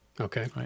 Okay